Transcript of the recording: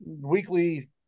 weekly